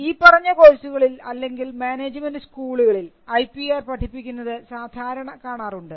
ഈ പറഞ്ഞ കോഴ്സുകളിൽ അല്ലെങ്കിൽ മാനേജ്മെൻറ് സ്കൂളുകളിൽ IPR പഠിപ്പിക്കുന്നത് സാധാരണ കാണാറുണ്ട്